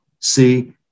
see